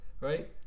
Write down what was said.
Right